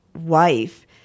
wife